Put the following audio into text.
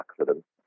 accidents